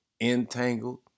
entangled